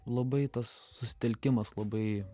labai tas susitelkimas labai